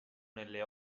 nelle